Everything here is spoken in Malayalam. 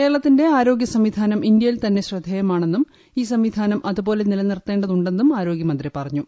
കേരളത്തിന്റെ ആരോഗ്യ സംവിധാനം ഇന്ത്യയിൽ തന്നെ ശ്രദ്ധേയമാണെന്നും ഈ സംവിധാനം അതുപോലെ നിലനിർത്തേണ്ടതുണ്ടെന്നും ആരോഗ്യമന്ത്രി പറഞ്ഞു